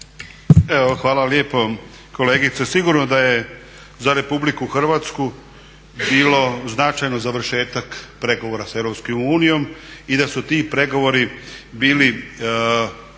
Hvala lijepo. Kolegice, sigurno da je za Republiku Hrvatsku bilo značajno završetak pregovora s Europskom unijom i da su ti pregovori bili